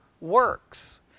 works